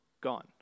gone